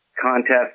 contest